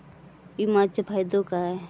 विमाचो फायदो काय?